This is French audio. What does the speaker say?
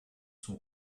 son